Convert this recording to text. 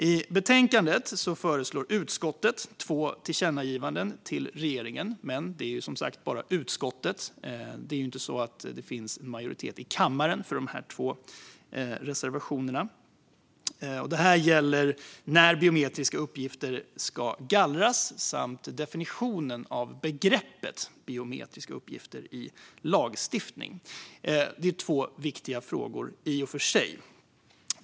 I betänkandet föreslår utskottet två tillkännagivanden till regeringen, men det är som sagt bara utskottets förslag; det är inte så att det finns en majoritet i kammaren för detta. Det gäller när biometriska uppgifter ska gallras samt definitionen av begreppet biometriska uppgifter i lagstiftning, vilket är två viktiga frågor i och för sig.